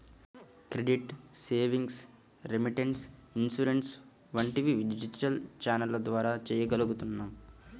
credit, savings, remittance, insurance వంటివి digital ఛానెల్ల ద్వారా చెయ్యగలుగుతున్నాం